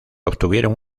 obtuvieron